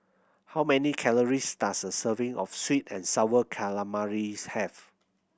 how many calories does a serving of sweet and sour calamaris have